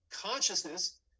Consciousness